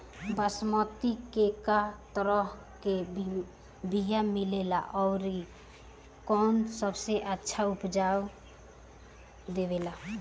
बासमती के कै तरह के बीया मिलेला आउर कौन सबसे अच्छा उपज देवेला?